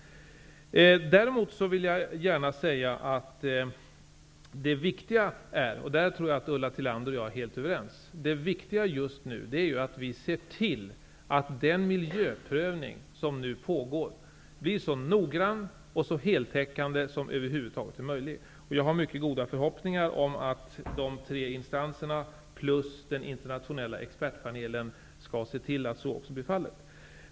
Däremot vill jag gärna säga att det viktiga just nu är -- och där tror jag att Ulla Tillander och jag är helt överens -- att vi ser till att den miljöprövning som nu pågår blir så noggrann och så heltäckande som över huvud taget är möjligt. Jag har mycket goda förhoppningar om att de tre instanserna plus den internationella expertpanelen skall se till att så blir fallet.